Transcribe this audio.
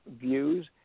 views